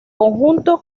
conjunto